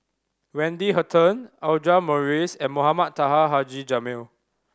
Wendy Hutton Audra Morrice and Mohamed Taha Haji Jamil